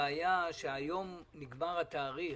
הבעיה היא שהיום נקבע התאריך,